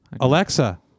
alexa